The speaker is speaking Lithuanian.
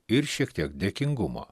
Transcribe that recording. ir šiek tiek dėkingumo